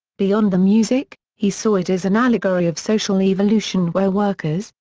beyond the music, he saw it as an allegory of social evolution where workers,